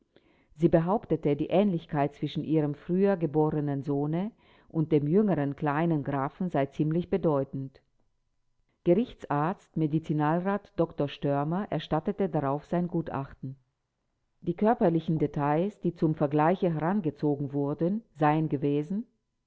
sie behauptete die ähnlichkeit zwischen ihrem früher geborenen sohne und dem jüngeren kleinen grafen sei ziemlich bedeutend gerichtsarzt medizinalrat dr störmer erstattete darauf sein gutachten die körperlichen details die zum vergleiche herangezogen wurden seien gewesen